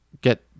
get